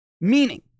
meaning